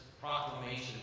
proclamation